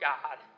God